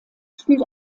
spielt